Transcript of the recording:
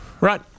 Right